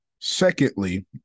Secondly